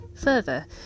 further